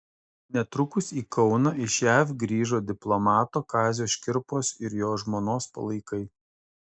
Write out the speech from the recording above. netrukus į kauną iš jav grįžo diplomato kazio škirpos ir jo žmonos palaikai